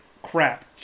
Crap